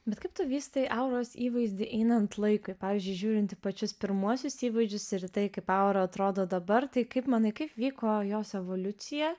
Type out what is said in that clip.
bet kaip tu vystai auros įvaizdį einant laikui pavyzdžiui žiūrinti į pačius pirmuosius įvaizdžius ir į tai kaip aura atrodo dabar tai kaip manai kaip vyko jos evoliucija